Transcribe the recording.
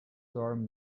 torn